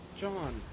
John